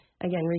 again